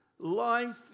Life